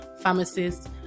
pharmacists